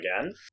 again